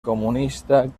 comunista